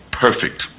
perfect